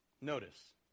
Notice